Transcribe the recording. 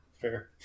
Fair